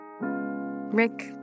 Rick